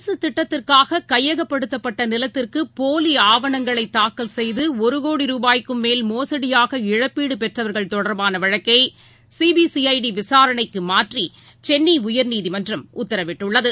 அரசுதிட்டத்திற்காககையகப்படுத்தப்பட்டநிலத்திற்குபோலிஆவணங்களைதாக்கல் செய்துஒருகோடி ரூபாய்க்குமேல் மோசடியாக இழப்பீடுபெற்றவர்கள் தொடர்பானவழக்கைசிபிசிறடிவிசாரணைக்குமாற்றிசென்னைஉயர்நீதிமன்றம் உத்தரவிட்டுள்ளது